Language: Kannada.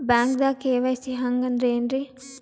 ಬ್ಯಾಂಕ್ದಾಗ ಕೆ.ವೈ.ಸಿ ಹಂಗ್ ಅಂದ್ರೆ ಏನ್ರೀ?